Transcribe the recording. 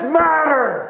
matter